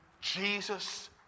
Jesus